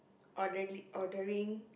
orderi~ ordering